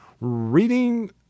reading